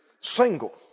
Single